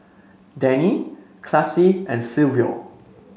Dennie Classie and Silvio